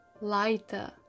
lighter